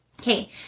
Okay